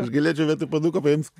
aš galėčiau vietoj puoduko paimt